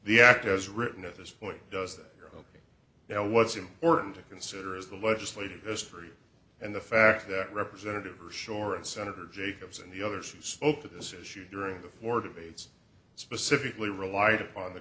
the act as written at this point does that go now what's important to consider is the legislative history and the fact that representative or shore and senator jacobs and the others who spoke to this issue during the four debates specifically relied upon the